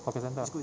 hawker center ah